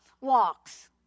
walks